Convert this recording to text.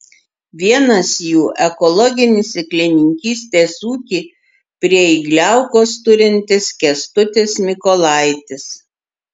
vienas jų ekologinį sėklininkystės ūkį prie igliaukos turintis kęstutis mykolaitis